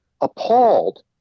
appalled